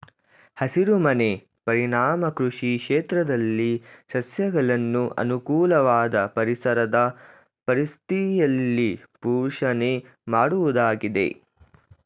ಹಸಿರುಮನೆ ಪರಿಣಾಮ ಕೃಷಿ ಕ್ಷೇತ್ರದಲ್ಲಿ ಸಸ್ಯಗಳನ್ನು ಅನುಕೂಲವಾದ ಪರಿಸರದ ಪರಿಸ್ಥಿತಿಯಲ್ಲಿ ಪೋಷಣೆ ಮಾಡುವುದಾಗಿದೆ